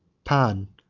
pan,